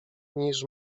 niż